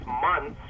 months